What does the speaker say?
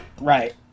right